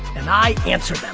and i answer them.